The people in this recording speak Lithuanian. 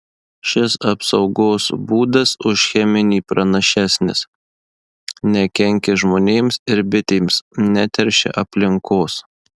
šis apsaugos būdas už cheminį pranašesnis nekenkia žmonėms ir bitėms neteršia aplinkos